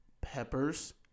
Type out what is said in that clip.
Peppers